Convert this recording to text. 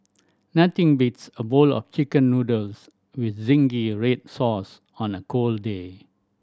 nothing beats a bowl of Chicken Noodles with zingy red sauce on a cold day